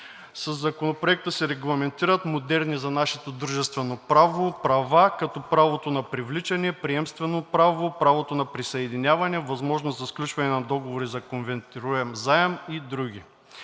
Със Законопроекта се регламентират модерни за нашето дружествено право права, като правото на привличане, приемствено право, правото на присъединяване, възможност за сключване на договори за конвертируем заем и други.